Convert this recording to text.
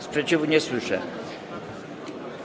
Sprzeciwu nie słyszę.